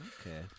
Okay